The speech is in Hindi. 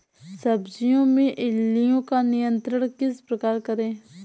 सब्जियों में इल्लियो का नियंत्रण किस प्रकार करें?